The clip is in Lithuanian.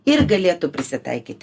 ir galėtų prisitaikyt